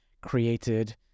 created